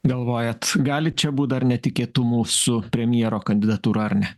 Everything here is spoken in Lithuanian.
galvojat gali čia būt dar netikėtumų su premjero kandidatūra ar ne